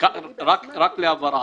רק להבהרה,